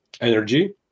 energy